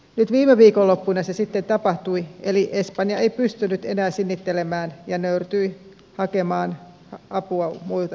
nyt viime viikonloppuna se sitten tapahtui eli espanja ei enää pystynyt sinnittelemään ja nöyrtyi hakemaan apua muilta euromailta